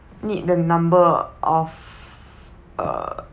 need the number of ugh